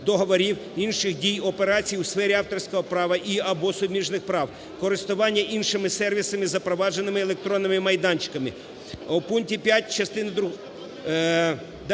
договорів, інших дій, операцій у сфері авторського права і (або) суміжних прав, користування іншими сервісами, запровадженими електронними майданчиками".